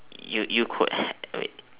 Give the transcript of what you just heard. you you could had wait